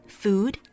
food